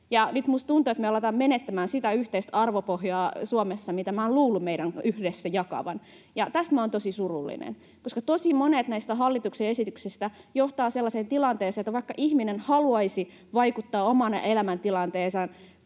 minusta tuntuu, että me aletaan menettämään sitä yhteistä arvopohjaa Suomessa, minkä minä olen luullut meidän yhdessä jakavan, ja tästä olen tosi surullinen. Tosi monet näistä hallituksen esityksistä johtavat sellaiseen tilanteeseen, että vaikka ihminen haluaisi vaikuttaa omaan elämäntilanteeseensa